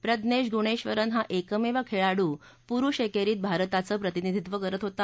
प्रज्ञधीगुणध्विन हा एकमधीखळीडू पुरुष एक्सीत भारताचं प्रतिनिधीत्व करत होता